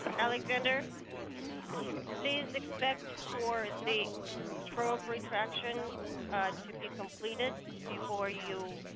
but alexander, please expect for the probe retraction to be completed before you